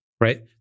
right